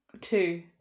Two